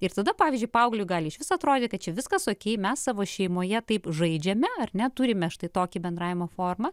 ir tada pavyzdžiui paaugliui gali išvis atrodė kad čia viskas okei mes savo šeimoje taip žaidžiame ar na turime štai tokį bendravimo formą